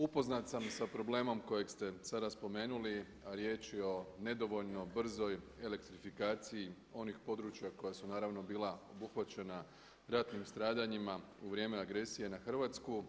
Upoznat sam sa problemom kojeg ste sada spomenuli, a riječ je o nedovoljno brzoj elektrifikaciji onih područja koji su naravno bila obuhvaćena ratnim stradanjima u vrijeme agresije na Hrvatsku.